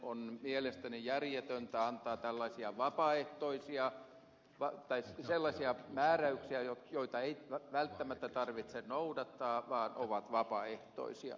on mielestäni järjetöntä antaa sellaisia määräyksiä joita ei välttämättä tarvitse noudattaa vaan ovat vapaaehtoisia